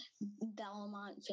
Belmont